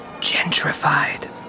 gentrified